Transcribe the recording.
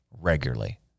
regularly